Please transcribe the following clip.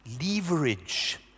leverage